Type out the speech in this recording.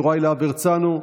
יוראי להב הרצנו,